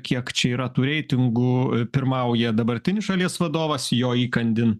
kiek čia yra tų reitingų pirmauja dabartinis šalies vadovas jo įkandin